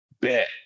bet